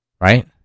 Right